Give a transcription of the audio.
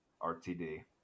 RTD